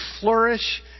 flourish